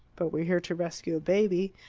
but we're here to rescue a baby.